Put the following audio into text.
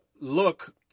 look